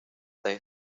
their